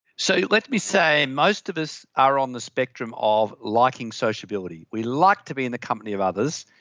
so, let me say most of us are on the spectrum of liking sociability, we like to be in the company of others.